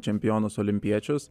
čempionus olimpiečius